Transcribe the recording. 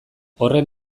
horren